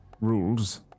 rules